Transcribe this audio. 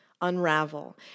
unravel